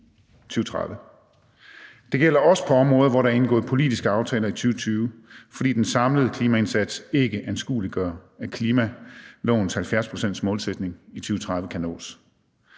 2030. Det gælder også på områder, hvor der er indgået politiske aftaler i 2020.«, da den »samlede klimaindsats ikke anskueliggør, at klimalovens 70-procentmål i 2030 nås«.